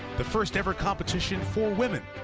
the first ever competition for women,